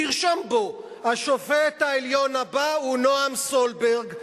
תרשום בו: השופט העליון הבא הוא נעם סולברג,